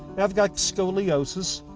i've got scoliosis.